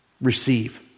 receive